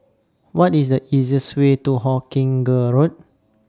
What IS The easiest Way to Hawkinge Road